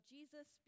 Jesus